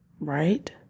right